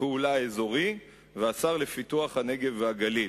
פעולה אזורי והשר לפיתוח הנגב והגליל".